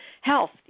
health